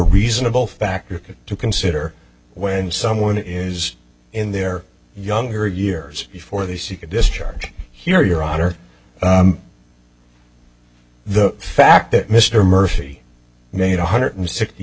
reasonable factor to consider when someone is in their younger years before they seek a discharge here your honor the fact that mr murphy made a hundred sixty